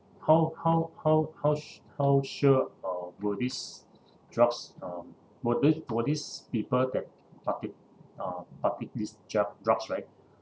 how how how how s~ how sure uh will this drugs uh will the~ will these people that parta~ uh partake this dru~ drugs right